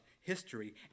history